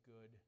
good